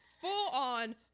full-on